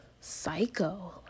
psycho